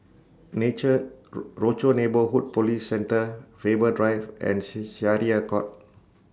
Nature Rochor Neighborhood Police Centre Faber Drive and Syariah Court